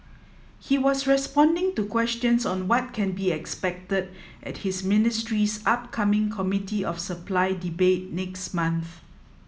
he was responding to questions on what can be expected at his ministry's upcoming Committee of Supply debate next month